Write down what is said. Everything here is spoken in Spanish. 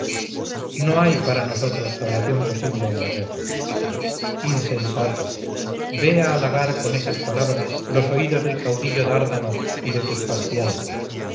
no hay para nosotros salvación posible en la guerra insensato ve a halagar con esas palabras los oídos del caudillo dárdano y de tus parciales